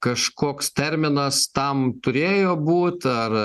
kažkoks terminas tam turėjo būt ar